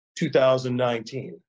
2019